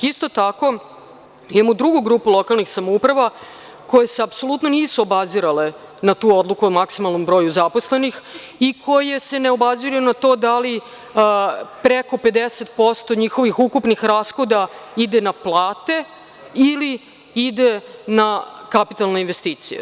Isto tako, imamo drugu grupu lokalnih samouprava koje se apsolutno nisu obazirale na tu Odluku o maksimalnom broju zaposlenih i koje se ne obaziru na to da li preko 50% njihovih ukupnih rashoda ide na plate ili ide na kapitalne investicije.